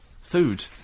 Food